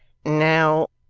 now,